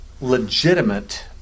legitimate